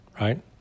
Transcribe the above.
right